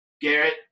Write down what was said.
Garrett